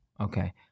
Okay